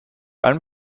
allem